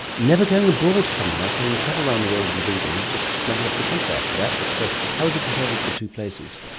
never going abroad, funnily enough. having travelled around the world in the beagle he just never left the country after that. but how would you compare the the two places?